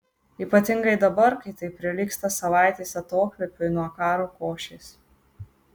ypatingai dabar kai tai prilygsta savaitės atokvėpiui nuo karo košės